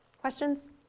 Questions